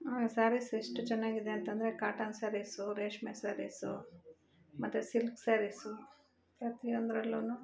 ಸ್ಯಾರೀಸ್ ಎಷ್ಟು ಚೆನ್ನಾಗಿದೆ ಅಂತಂದರೆ ಕಾಟನ್ ಸ್ಯಾರೀಸು ರೇಷ್ಮೆ ಸ್ಯಾರೀಸು ಮತ್ತು ಸಿಲ್ಕ್ ಸ್ಯಾರೀಸು ಪ್ರತಿಯೊಂದ್ರಲ್ಲು